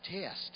test